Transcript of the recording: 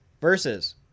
Versus